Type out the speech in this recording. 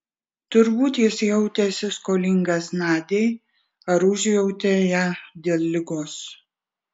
turbūt jis jautėsi skolingas nadiai ar užjautė ją dėl ligos